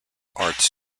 arts